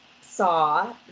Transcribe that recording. saw